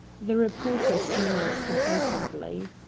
the reporter smiled complacently.